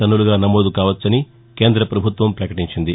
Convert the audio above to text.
టన్నులుగా నమోదు కావచ్చునని కేంద్ర పభుత్వం పకటించింది